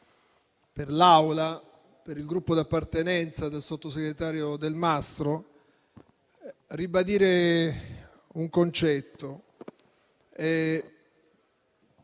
per l'Aula e per il Gruppo di appartenenza del sottosegretario Delmastro, ribadire un concetto.